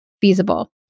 feasible